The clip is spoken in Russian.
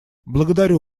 благодарю